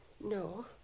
No